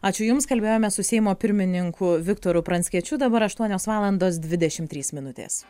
ačiū jums kalbėjome su seimo pirmininku viktoru pranckiečiu dabar aštuonios valandos dvidešimt trys minutės